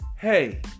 hey